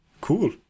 cool